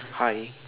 hi